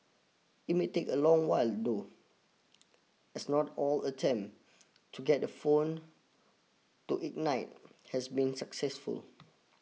it may take a long while though as not all attempt to get the phone to ignite has been successful